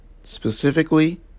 specifically